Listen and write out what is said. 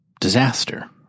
disaster